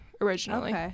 originally